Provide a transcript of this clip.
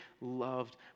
loved